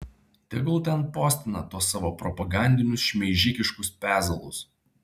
tegul ten postina tuos savo propagandinius šmeižikiškus pezalus